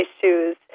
issues